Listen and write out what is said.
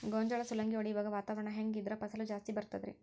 ಗೋಂಜಾಳ ಸುಲಂಗಿ ಹೊಡೆಯುವಾಗ ವಾತಾವರಣ ಹೆಂಗ್ ಇದ್ದರ ಫಸಲು ಜಾಸ್ತಿ ಬರತದ ರಿ?